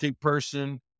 person